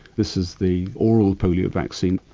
this is the oral polio vaccine.